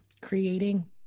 Creating